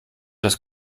das